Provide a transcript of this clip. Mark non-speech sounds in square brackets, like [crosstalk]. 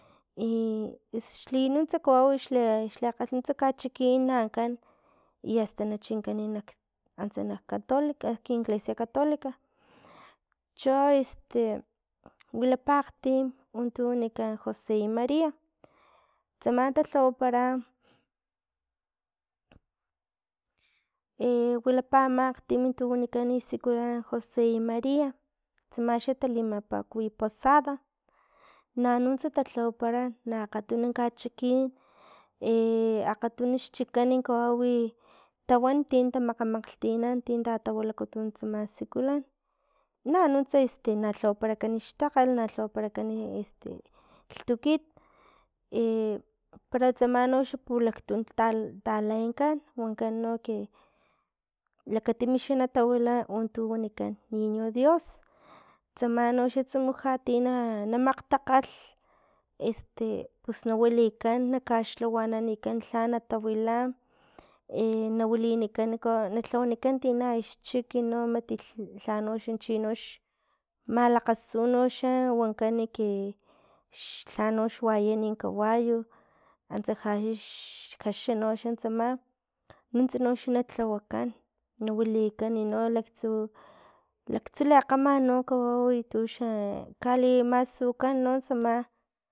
[hesitation] xli nuntsa kawau xle xlekgalhnuntsa kachikin na ankan i [hesitation] na chinkan antsa nak catolica kin iglesia catolica, cho [hesitation] wilapa akgtim untu wanikan jose y maria tsama ta lhawapara [hesitation] wilapa ama akgtim tu wanikan sikulan jose y maria, tsama xa talimapakuwi posada, nanuntsa ta lhawapara akgatunu kachikin [hesitation] akgatunu xchikan kawawi wan tin tamakgamakgtinan tin tatawilikutun tsam sikulan nanuntsa [hesitation] na lhawaparakan xtakgal na lhawaparakan [hesitation] lhtukit [hesitation] para tsama no xa pulaktu ta talenkan wankan no ki lakatimi xa na tawila untu wanikan niño dios tsama noxa tsumujat tino na makgtakgalh este pus na wilikan na kaxlhawaninikan lha na tawila [hesitation] na wilinikan kawau na lhawanikan tina xchiki no lhano xa na chino xa malakgasu noxa wankan ke lhanox wayani kawayo antsa ja xa xjaxa noxa nuntsa noxa na lhawakan nawilikan no laktsu laktsu lekgaman no kawau untu taxa kalimasukan no tsama